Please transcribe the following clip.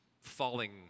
falling